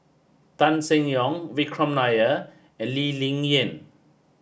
Tan Seng Yong Vikram Nair and Lee Ling Yen